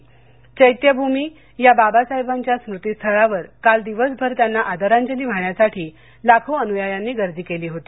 चैत्यभसी चैत्यभूमी या बाबासाहेबांच्या स्मृतिस्थळावर काल दिवसभर त्यांना आदरांजली वाहण्यासाठी लाखों अनुयायांनी गर्दी केली होती